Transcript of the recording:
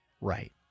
right